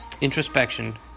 introspection